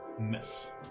Miss